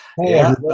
Hey